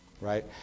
Right